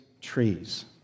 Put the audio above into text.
trees